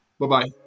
Bye-bye